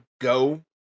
go